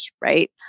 right